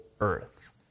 earth